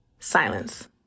Silence